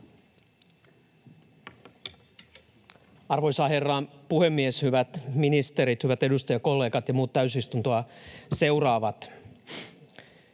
Arvoisa herra puhemies! Hyvät ministerit, hyvät edustajakollegat ja muut täysistuntoa seuraavat!